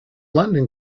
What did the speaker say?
london